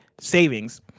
savings